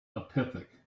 apathetic